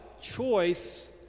choice